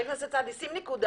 מברוק.